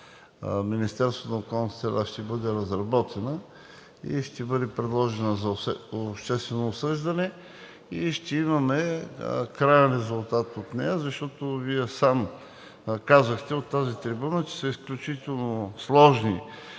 Министерството на околната среда ще бъде разработена, ще бъде предложена за обществено обсъждане и ще имаме краен резултат от нея. Вие сам казахте от тази трибуна, че са изключително сложни